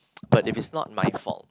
but if it's not my fault